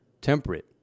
temperate